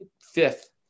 fifth